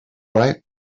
right